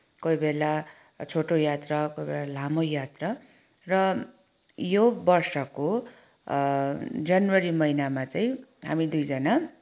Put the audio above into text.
कोही बेला छोटो यात्रा कोही बेला लामो यात्रा र यो वर्षको जनवरी महिनामा चाहिँ हामी दुईजना